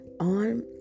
On